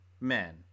men